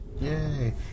Yay